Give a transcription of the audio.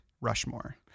Rushmore